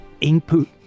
input